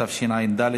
התשע"ד 2014,